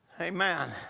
Amen